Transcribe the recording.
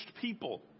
people